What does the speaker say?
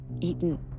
Eaten